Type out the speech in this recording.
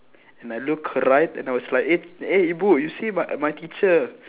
and I look right and I was like eh eh ibu you see my my teacher